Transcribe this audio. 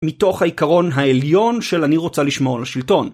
מתוך העיקרון העליון של אני רוצה לשמור על השלטון.